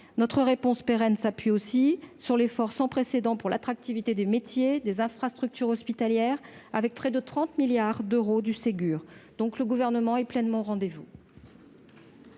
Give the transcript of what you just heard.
que nous apportons s'appuie aussi sur un effort sans précédent pour accroître l'attractivité des métiers et des infrastructures hospitalières, avec près de 30 milliards d'euros du Ségur. Le Gouvernement est donc pleinement au rendez-vous.